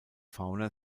fauna